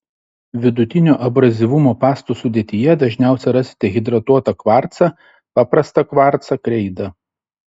vidutinio abrazyvumo pastų sudėtyje dažniausiai rasite hidratuotą kvarcą paprastą kvarcą kreidą